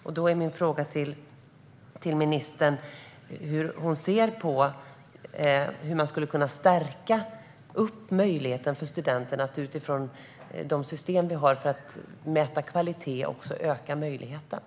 Vilken syn har ministern på hur man skulle kunna stärka möjligheterna för studenterna att, utifrån de system vi har för att mäta kvalitet, välja utbildning utifrån kvalitetskriterier?